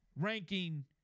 ranking